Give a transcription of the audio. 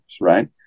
right